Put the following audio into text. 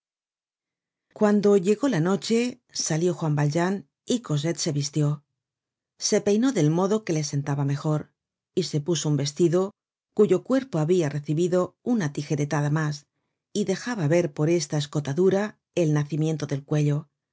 cuando llegó la noche salió juan valjean y cosette se vistió se peinó del modo que le sentaba mejor y se puso un vestido cuyo cuerpo habia recibido una tijeretada mas y dejaba ver por esta escotadura el nacimiento del cuello